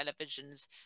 televisions